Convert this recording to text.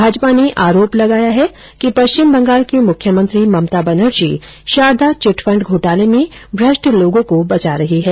भाजपा ने आरोप लगाया है कि पश्चिम बंगाल की मुख्यमंत्री ममता बजर्नी शारदा चिटफंड घोटाले में भ्रष्ट लोगों को बचा रही हैं